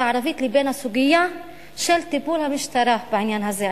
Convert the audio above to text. הערבית לבין הסוגיה של טיפול המשטרה בעניין הזה.